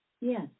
Yes